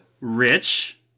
Rich